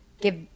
give